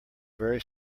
very